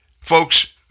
Folks